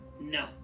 No